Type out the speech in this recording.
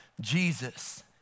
Jesus